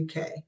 uk